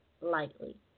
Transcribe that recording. lightly